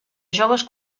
joves